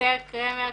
אסתר קרמר,